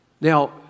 Now